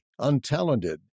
untalented